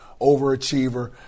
overachiever